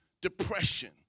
depression